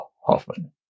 hoffman